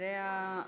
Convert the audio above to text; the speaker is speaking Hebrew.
זה השלישי,